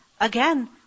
again